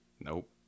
Nope